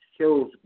shows